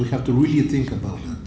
we have to really think about